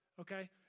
Okay